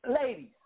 ladies